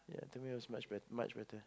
yeah to me it was much bet~ much better